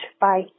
Bye